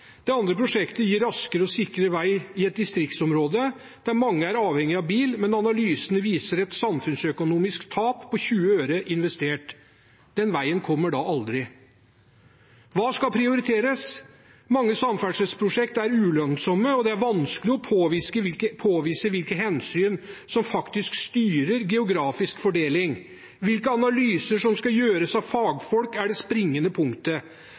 Det andre prosjektet gir raskere og sikrere vei i et distriktsområde der mange er avhengige av bil, men analyser viser et samfunnsøkonomisk tap på 20 øre investert. Den veien kommer da aldri. Hva skal prioriteres? Mange samferdselsprosjekt er ulønnsomme, og det er vanskelig å påvise hvilke hensyn som faktisk styrer geografisk fordeling. Hvilke analyser som skal gjøres av fagfolk, er det springende punktet.